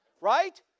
right